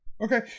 Okay